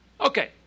Okay